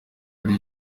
ari